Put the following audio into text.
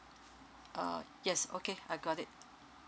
uh yes okay I got it